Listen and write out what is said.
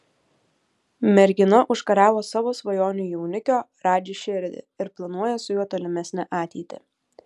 mergina užkariavo savo svajonių jaunikio radži širdį ir planuoja su juo tolimesnę ateitį